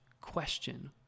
question